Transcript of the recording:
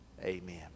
amen